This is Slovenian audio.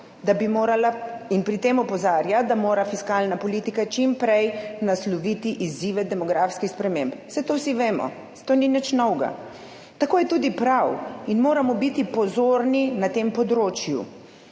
da bi morala in pri tem opozarja, da mora fiskalna politika čim prej nasloviti izzive demografskih sprememb. Saj to vsi vemo, to ni nič novega. Tako je tudi prav in moramo biti pozorni na tem področju.